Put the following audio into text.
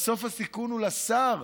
בסוף הסיכון הוא לשר,